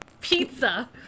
pizza